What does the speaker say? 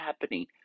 happening